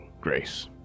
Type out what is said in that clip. grace